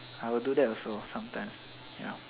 I will do that also sometimes ya